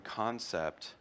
concept